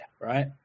right